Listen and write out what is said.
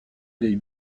dei